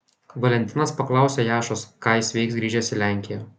valentinas paklausė jašos ką jis veiks grįžęs į lenkiją